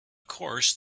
course